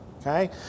Okay